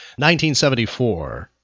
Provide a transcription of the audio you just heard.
1974